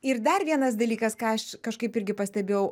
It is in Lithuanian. ir dar vienas dalykas ką aš kažkaip irgi pastebėjau